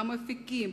המפיקים,